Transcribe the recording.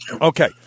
Okay